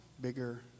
bigger